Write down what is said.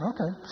Okay